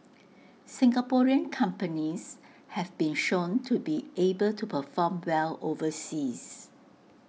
Singaporean companies have been shown to be able to perform well overseas